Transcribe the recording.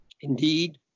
Indeed